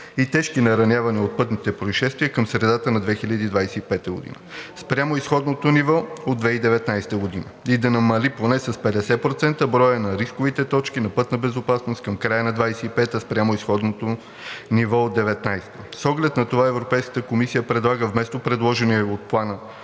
и тежки наранявания от пътните произшествия към средата на 2025 г. спрямо изходното ниво от 2019 г. и да намали поне с 50% броя на рисковите точки на пътна безопасност към края на 2025 г. спрямо изходното ниво от 2019 г. С оглед на това Европейската комисия предлага вместо предложения в Плана